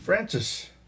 Francis